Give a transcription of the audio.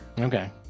Okay